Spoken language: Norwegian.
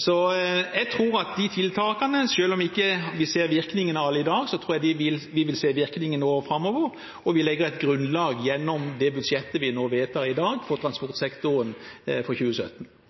Så jeg tror at de tiltakene – selv om vi ikke ser virkningene av alle i dag – vil vi se virkningene av i årene framover. Vi legger et grunnlag gjennom det budsjettet vi vedtar i dag for transportsektoren i 2017.